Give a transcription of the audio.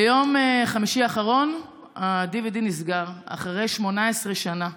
ביום חמישי האחרון ה-DVD נסגר, אחרי 18 שנה.